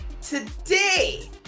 Today